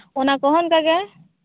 ᱚᱱᱟ ᱠᱚᱦᱚᱸ ᱚᱱᱠᱟ ᱜᱮ